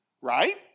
right